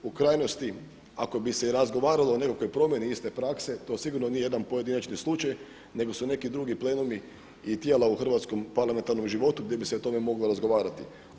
U krajnosti ako bi se i razgovaralo o nekakvoj promjeni iste prakse to sigurno nije jedan pojedinačni slučaj nego su neki drugi plenumi i tijela u hrvatskom parlamentarnom životu gdje bi se o tome moglo razgovarati.